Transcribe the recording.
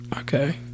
Okay